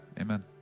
Amen